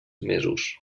mesos